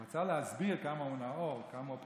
הוא רצה להסביר כמה הוא נאור, כמה הוא פרוגרסיבי,